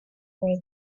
editor